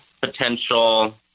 potential